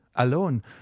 alone